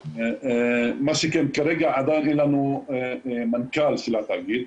כרגע עדיין אין לנו מנכ"ל של התאגיד.